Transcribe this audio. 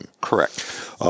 Correct